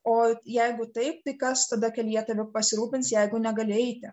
o jeigu taip tai kas tada kelyje tavim pasirūpins jeigu negali eiti